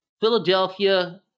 Philadelphia